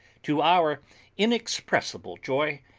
to our inexpressible joy,